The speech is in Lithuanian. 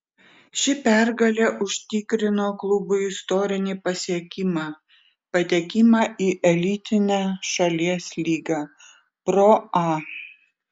ši pergalė užtikrino klubui istorinį pasiekimą patekimą į elitinę šalies lygą pro a